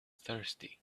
thirsty